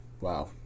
Wow